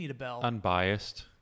unbiased